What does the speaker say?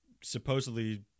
supposedly